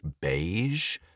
beige